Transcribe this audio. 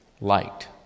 liked